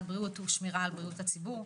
בריאות הוא שמירה על בריאות הציבור.